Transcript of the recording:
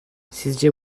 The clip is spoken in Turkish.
sizce